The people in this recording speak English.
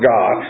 God